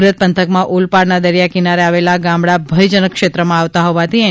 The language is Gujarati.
સુરત પંથકમાં ઓલપાડના દરિયા કિનારે આવેલા ગામડાં ભયજનક ક્ષેત્રમાં આવતા હોવાથી એન